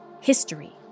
history